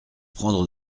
prendre